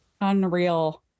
Unreal